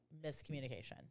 miscommunication